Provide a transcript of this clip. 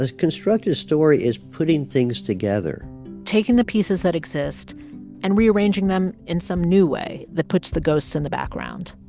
a constructed story is putting things together taking the pieces that exist and rearranging them in some new way that puts the ghosts in the background,